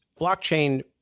blockchain